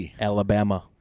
Alabama